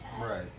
Right